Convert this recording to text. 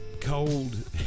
cold